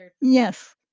yes